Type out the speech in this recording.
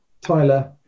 Tyler